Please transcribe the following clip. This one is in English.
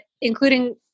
including